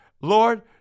Lord